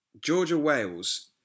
Georgia-Wales